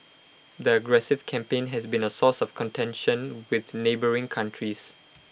the aggressive campaign has been A source of contention with neighbouring countries